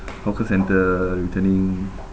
hawker centre returning